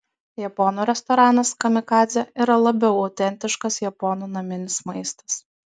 japonų restoranas kamikadzė yra labiau autentiškas japonų naminis maistas